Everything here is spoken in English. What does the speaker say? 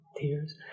tears